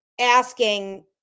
asking